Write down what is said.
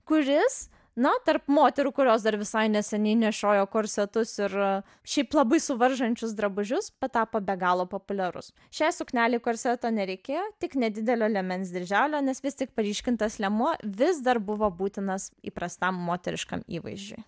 kuris na tarp moterų kurios dar visai neseniai nešiojo korsetus ir šiaip labai suvaržančius drabužius patapo be galo populiarus šiai suknelei korseto nereikėjo tik nedidelio liemens dirželio nes vis tik paryškintas liemuo vis dar buvo būtinas įprastam moteriškam įvaizdžiui